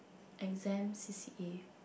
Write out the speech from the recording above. exam c_c_a